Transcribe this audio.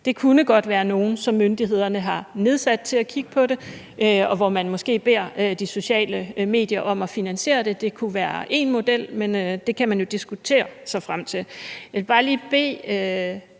Der kunne godt være tale om, at myndighederne har nedsat nogle til at kigge på det, og at man måske beder de sociale medier om at finansiere det. Det kunne være én model, men det kan man jo diskutere sig frem til. Jeg vil bare lige bede